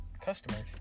Customers